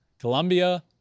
Colombia